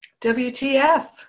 WTF